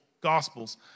gospels